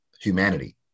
humanity